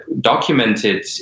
documented